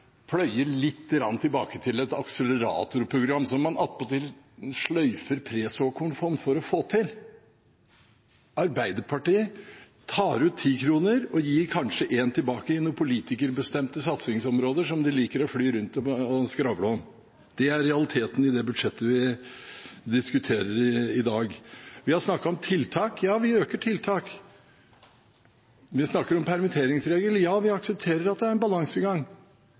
litt tilbake til et akseleratorprogram, som man attpåtil sløyfer presåkornfond for å få til. Arbeiderpartiet tar ut 10 kr og gir kanskje 1 kr tilbake til noen politikerbestemte satsingsområder som de liker å fly rundt og skravle om. Det er realiteten i det budsjettet vi diskuterer i dag. Vi har snakket om tiltak – ja, vi styrker tiltak. Vi snakker om permitteringsregler – ja, vi aksepterer at det er en balansegang